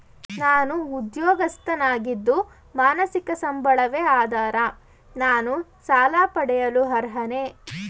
ನಾನು ಉದ್ಯೋಗಸ್ಥನಾಗಿದ್ದು ಮಾಸಿಕ ಸಂಬಳವೇ ಆಧಾರ ನಾನು ಸಾಲ ಪಡೆಯಲು ಅರ್ಹನೇ?